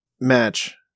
match